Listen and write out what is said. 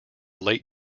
late